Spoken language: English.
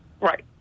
Right